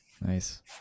Nice